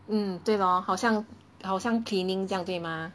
嗯对咯好像好像 cleaning 这样对吗